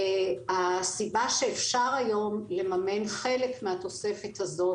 הסיבה שאפשר היום לממן חלק מהתוספת הזאת